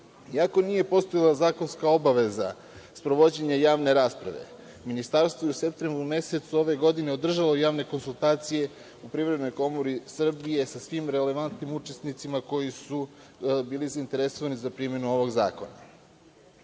iako nije postojala zakonska obaveza sprovođenje javne rasprave, ministarstvo je u septembru mesecu ove godine održalo javne konsultacije u Privrednoj komori Srbije sa svim relevantnim učesnicima koji su bili zainteresovani za primenu ovog zakona.U